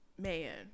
Man